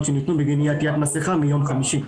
שניתנו בגין אי עטיית מסכה מיום חמישי,